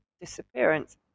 disappearance